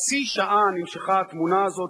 חצי שעה נמשכה התמונה הזאת,